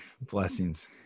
blessings